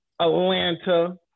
Atlanta